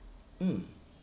mm